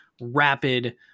rapid